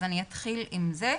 אז אתחיל עם זה,